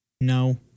No